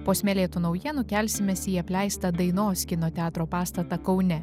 po smėlėtų naujienų kelsimės į apleistą dainos kino teatro pastatą kaune